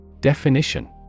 Definition